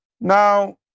Now